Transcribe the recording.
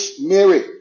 Mary